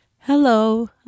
Hello